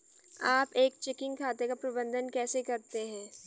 आप एक चेकिंग खाते का प्रबंधन कैसे करते हैं?